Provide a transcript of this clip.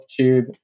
tube